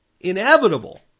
inevitable